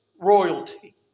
royalty